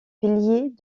piliers